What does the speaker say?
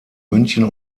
münchen